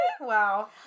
Wow